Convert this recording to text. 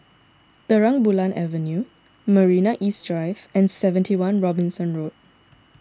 Terang Bulan Avenue Marina East Drive and seventy one Robinson Road